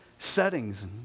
Settings